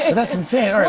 that's insane.